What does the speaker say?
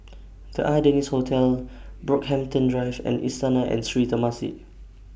The Ardennes Hotel Brockhampton Drive and Istana and Sri Temasek